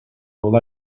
all